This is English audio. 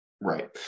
Right